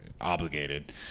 obligated